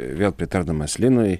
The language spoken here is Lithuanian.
vėl pritardamas linui